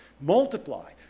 Multiply